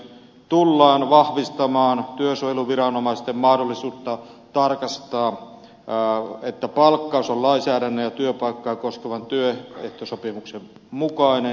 tullaan vahvistamaan työsuojeluviranomaisten mahdollisuutta tarkastaa että palkkaus on lainsäädännön ja työpaikkaa koskevan työehtosopimuksen mukainen